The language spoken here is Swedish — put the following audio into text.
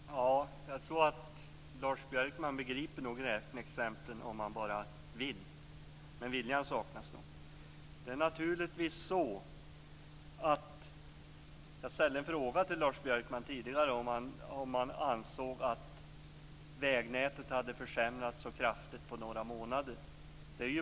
Fru talman! Jag tror att Lars Björkman begriper dessa exempel om han vill, men viljan saknas nog. Jag ställde en fråga till Lars Björkman tidigare om han ansåg att vägnätet hade försämrats så kraftigt under några månader.